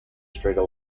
straight